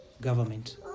government